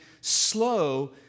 slow